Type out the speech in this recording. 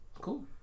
Cool